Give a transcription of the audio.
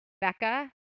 Becca